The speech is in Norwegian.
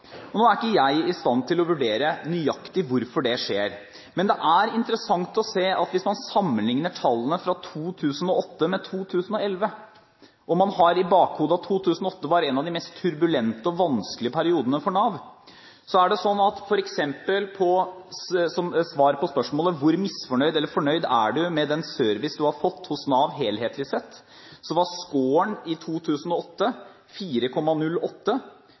er ikke i stand til å vurdere nøyaktig hvorfor det skjer, men det er interessant å se at hvis man sammenlikner tallene fra 2008 med tallene fra 2011 – og man har i bakhodet at 2008 var en av de mest turbulente og vanskelige periodene for Nav – er det slik at f.eks. på svar på spørsmålet om hvor fornøyd eller misfornøyd man var med den service man hadde fått hos Nav helhetlig sett, var scoren i 2008